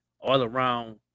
all-around